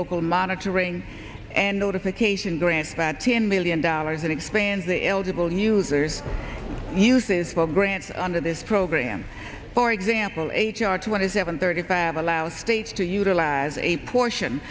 local monitoring and notification grants about ten million dollars and expands the eligible neuters uses for grants under this program for example h r two one to seven thirty five allow states to utilize a portion